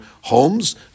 homes